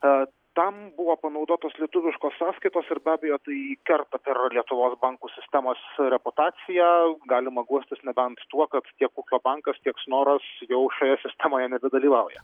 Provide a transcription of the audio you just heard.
tad tam buvo panaudotos lietuviškos sąskaitos ir be abejo tai kerta per lietuvos bankų sistemos reputaciją galima guostis nebent tuo kad tiek ūkio bankas tiek snoras jau šioje sistemoje nebedalyvauja